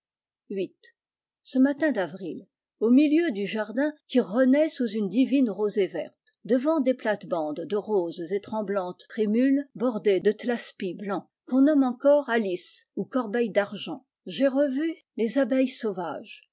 viii ce matin d'avril au milieu du jardin qui aît sous une divine rosée verte devant des kcs bandes de roses et tremblantes prinrales lées de thlaspi blanc qu'on nomme encore se ou corbeille d'argent j'ai revu les abeilles sauvages